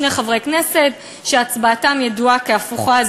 שני חברי כנסת שהצבעתם ידועה כהפוכה,